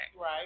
right